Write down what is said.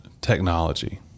technology